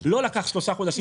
לו לקח שלושה חודשים להגיש.